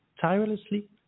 tirelessly